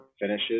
finishes